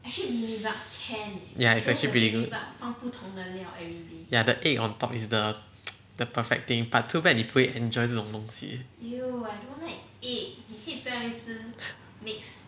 ya it's actually pretty good ya the egg on top is the the perfect thing but too bad 你都不会 enjoy 这种东西